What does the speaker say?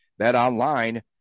BetOnline